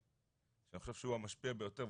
ואני חושב שהוא המשפיע ביותר,